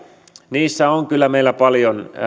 niissä on kyllä meillä paljon